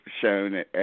shown